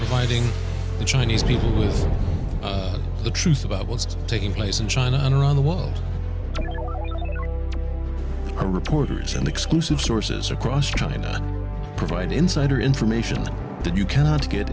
fighting the chinese people is the truth about what's taking place in china and around the world are reporters and exclusive sources across china provide insider information that you cannot get